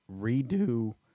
redo